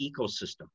ecosystem